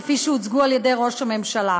כפי שהוצגו על ידי ראש הממשלה.